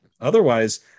Otherwise